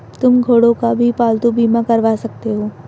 तुम घोड़ों का भी पालतू बीमा करवा सकते हो